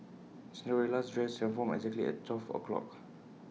Cinderella's dress transformed exactly at twelve o'clock